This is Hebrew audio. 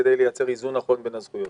כדי לייצר איזון נכון בין הזכויות.